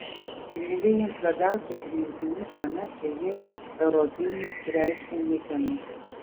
pinigai jiems labiausiai priimtini tuomet kai jie europiniai reiškia niekieno